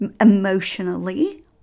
emotionally